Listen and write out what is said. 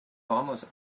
almost